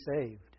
saved